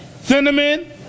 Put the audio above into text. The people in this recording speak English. Cinnamon